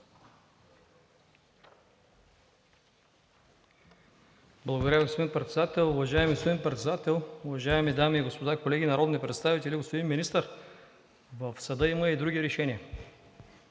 Уважаеми господин Председател, уважаеми дами и господа, колеги народни представители! Господин Министър, в съда има и други решения,